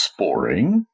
sporing